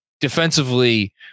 defensively